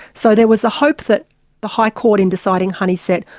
so there was the hope that the high court, in deciding honeysett,